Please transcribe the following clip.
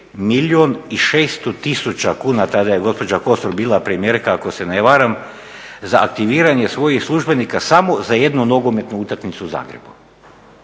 milijun i 600 tisuća kuna, tada je gospođa Kosor bila premijerka ako se ne varam, za aktiviranje svojih službenika samo za jednu nogometnu utakmicu u Zagrebu.